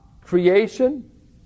creation